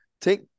Take